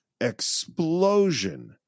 explosion